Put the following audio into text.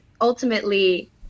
ultimately